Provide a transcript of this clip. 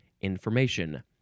information